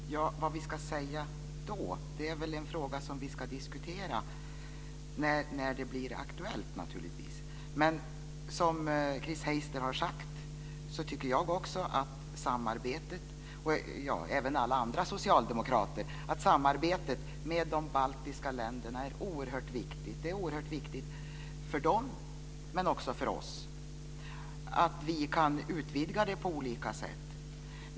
Fru talman! Vad vi ska säga då är väl en fråga som vi ska diskutera när det blir aktuellt. Jag och alla andra socialdemokrater tycker i likhet med Chris Heister att samarbetet med de baltiska länderna är oerhört viktigt. Det är oerhört viktigt för dem, men också för oss, att vi kan utvidga det på olika sätt.